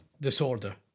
disorder